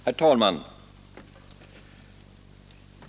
Herr talman!